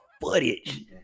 footage